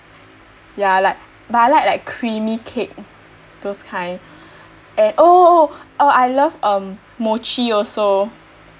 ya like but I like like creamy cake those kind and oh oh oh uh I love like uh mochi also